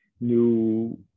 new